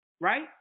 right